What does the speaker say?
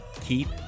keep